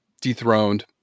dethroned